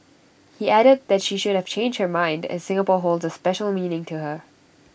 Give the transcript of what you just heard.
he added that she could have changed her mind as Singapore holds A special meaning to her